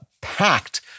packed